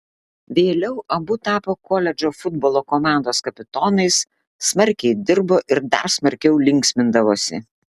vėliau abu tapo koledžo futbolo komandos kapitonais smarkiai dirbo ir dar smarkiau linksmindavosi